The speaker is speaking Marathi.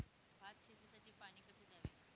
भात शेतीसाठी पाणी कसे द्यावे?